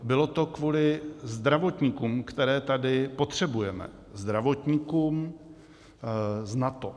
Bylo to kvůli zdravotníkům, které tady potřebujeme, zdravotníkům z NATO.